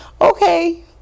okay